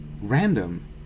random